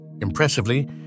Impressively